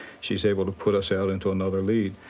she's able to put us out into another lead.